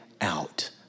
out